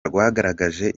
rwagaragaje